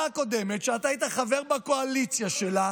הממשלה הקודמת, שאתה היית חבר בקואליציה שלה,